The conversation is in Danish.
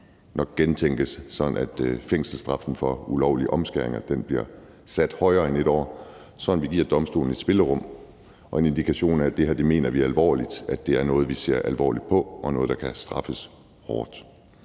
gentænkes, sådan at fængselsstraffen for ulovlig omskæring bliver sat højere end 1 år, så vi giver domstolene et spillerum og indikation af, at vi mener det her alvorligt; at det er noget, vi ser alvorligt på, og noget, der kan straffes hårdt.